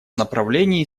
направлении